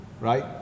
right